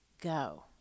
go